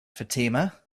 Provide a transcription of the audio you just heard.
fatima